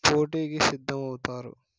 పోటీకి సిద్ధమవుతారు